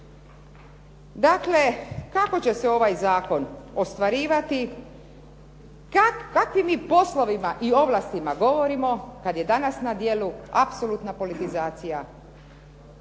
Dakle, kako će se ovaj zakon ostvarivati, kakvim mi poslovima i ovlastima govorimo kada je danas na djelu apsolutna politizacija